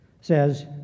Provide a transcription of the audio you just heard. says